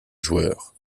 joueur